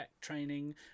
training